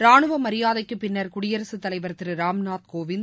ராணுவ மரியாதைக்குப் பின்னர் குடியரசுத் தலைவர் திரு ராம்நாத் கோவிந்த்